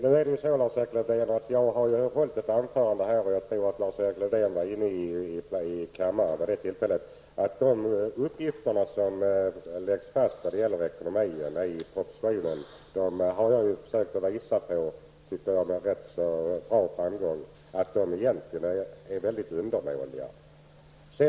Fru talman! Jag har hållit ett anförande här, och jag tror att Lars-Erik Lövdén var inne i kammaren vid det tillfället. Jag har försökt att visa -- med rätt stor framgång, tycker jag -- att de uppgifter om ekonomin som lämnas i propositionen är undermåliga.